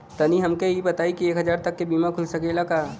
तनि हमके इ बताईं की एक हजार तक क बीमा खुल सकेला का?